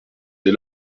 dès